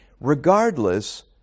regardless